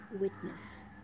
witness